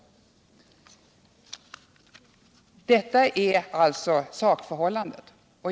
Detta är alltså sakförhållandet.